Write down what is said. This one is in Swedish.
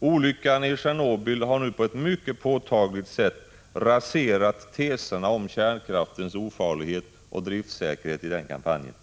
Olyckan i Tjernobyl har nu på ett mycket påtagligt sätt raserat teserna om kärnkraftens ofarlighet och driftssäkerhet i den kampanjen.